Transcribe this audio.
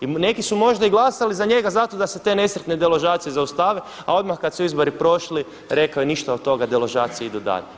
I neki su možda i glasali za njega zato da se te nesretne deložacije zaustave a odmah kada su izbori prošli rekao je ništa od toga, deložacije idu dalje.